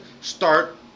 start